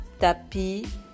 tapis